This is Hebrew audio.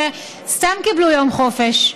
וסתם קיבלו יום חופש.